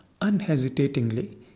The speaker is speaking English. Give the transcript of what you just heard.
unhesitatingly